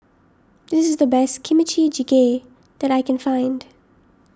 this is the best Kimchi Jjigae that I can find